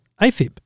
AFib